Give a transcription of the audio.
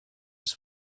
its